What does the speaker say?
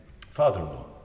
father-in-law